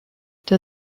der